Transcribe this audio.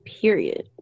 period